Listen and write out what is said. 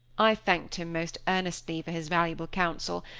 i thanked him most earnestly for his valuable counsel,